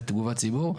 ותגובות ציבור,